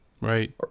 Right